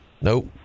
Nope